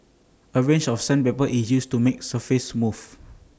A range of sandpaper is used to make surface smooth